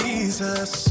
Jesus